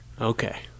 okay